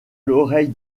l’oreille